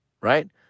right